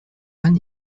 reine